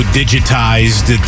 digitized